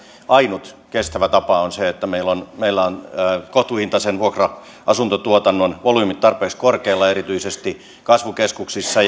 ainut kestävä tapa on se että meillä on kohtuuhintaisen vuokra asuntotuotannon volyymit tarpeeksi korkealla erityisesti kasvukeskuksissa